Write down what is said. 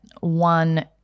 one